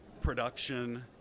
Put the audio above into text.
production